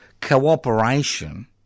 cooperation